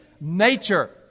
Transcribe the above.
nature